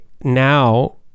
now